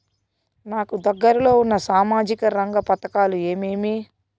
నాకు దగ్గర లో ఉన్న సామాజిక రంగ పథకాలు ఏమేమీ?